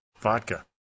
vodka